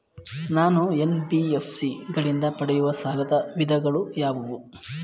ನಾನು ಎನ್.ಬಿ.ಎಫ್.ಸಿ ಗಳಿಂದ ಪಡೆಯುವ ಸಾಲದ ವಿಧಗಳಾವುವು?